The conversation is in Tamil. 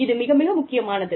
இது மிக மிக முக்கியமானது